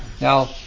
Now